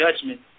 judgment